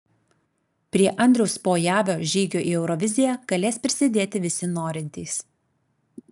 prie andriaus pojavio žygio į euroviziją galės prisidėti visi norintys